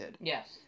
Yes